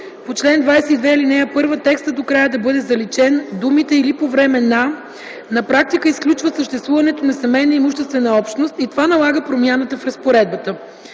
по чл. 22, ал. 1” текстът до края да бъде заличен. Думите „или по време на” на практика изключват съществуването на семейната имуществена общност и това налага промяната в разпоредбата.